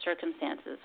circumstances